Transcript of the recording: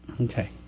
Okay